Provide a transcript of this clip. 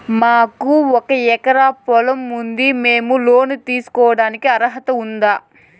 మాకు ఒక ఎకరా పొలం ఉంది మేము లోను తీసుకోడానికి అర్హత ఉందా